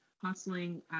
hustling